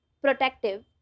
protective